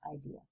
idea